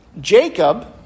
Jacob